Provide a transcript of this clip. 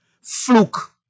Fluke